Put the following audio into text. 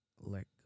let